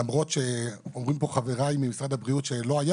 למרות שאומרים פה חברי ממשרד הבריאות שלא היה